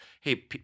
hey